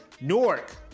Newark